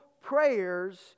prayers